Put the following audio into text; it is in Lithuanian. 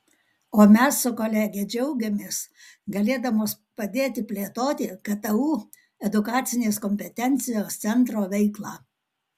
o mes su kolege džiaugiamės galėdamos padėti plėtoti ktu edukacinės kompetencijos centro veiklą